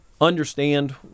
understand